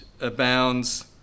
abounds